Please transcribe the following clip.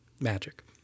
Magic